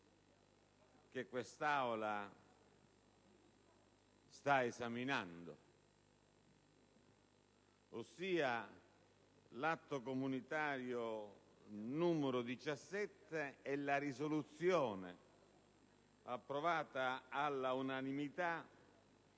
che quest'Aula sta esaminando (ossia l'atto comunitario n. 17), la risoluzione approvata all'unanimità